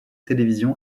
télévision